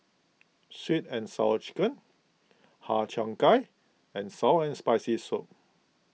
Sweet and Sour Chicken Har Cheong Gai and Sour and Spicy Soup